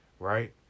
Right